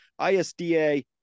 ISDA